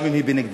גם אם היא נגדך.